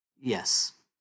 Yes